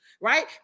right